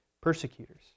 persecutors